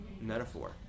metaphor